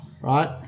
right